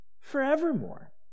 Forevermore